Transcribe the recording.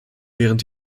während